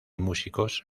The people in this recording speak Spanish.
músicos